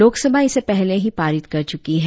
लोकसभा इसे पहले ही पारित कर चुकी है